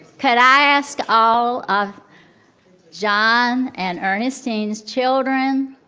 could i ask all of john and ernestine's children,